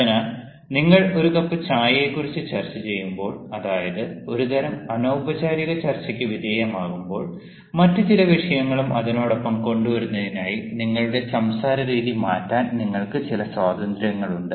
അതിനാൽ നിങ്ങൾ ഒരു കപ്പ് ചായയെക്കുറിച്ച് ചർച്ചചെയ്യുമ്പോൾ അതായത് ഒരുതരം അനൌപചാരിക ചർച്ചയ്ക്ക് വിധേയമാകുമ്പോൾ മറ്റ് ചില വിഷയങ്ങളും അതിനോടൊപ്പം കൊണ്ടുവരുന്നതിനായി നിങ്ങളുടെ സംസാരരീതി മാറ്റാൻ നിങ്ങൾക്ക് ചില സ്വാതന്ത്ര്യങ്ങളുണ്ട്